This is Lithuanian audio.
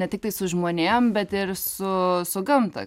ne tiktai su žmonėm bet ir su su gamta